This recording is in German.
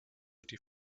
die